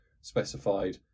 specified